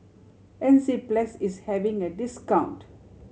enzyplex is having a discount